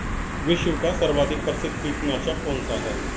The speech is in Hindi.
विश्व का सर्वाधिक प्रसिद्ध कीटनाशक कौन सा है?